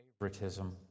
favoritism